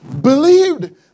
believed